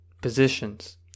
positions